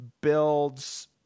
builds –